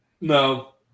no